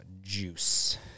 juice